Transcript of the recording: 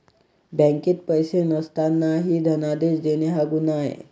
बँकेत पैसे नसतानाही धनादेश देणे हा गुन्हा आहे